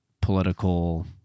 political